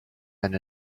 and